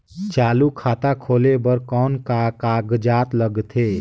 चालू खाता खोले बर कौन का कागजात लगथे?